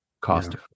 cost